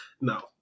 No